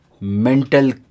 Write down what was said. mental